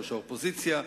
ראש האופוזיציה,